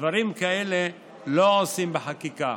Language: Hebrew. דברים כאלה לא עושים בחקיקה.